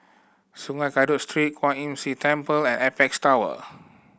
Sungei Kadut Street Kwan Imm See Temple and Apex Tower